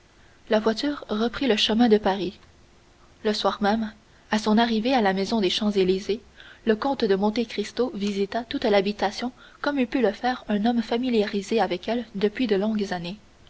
la voiture reprit le chemin de paris le soir même à son arrivée à la maison des champs-élysées le comte de monte cristo visita toute l'habitation comme eût pu le faire un homme familiarisé avec elle depuis de longues années